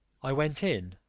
i went in,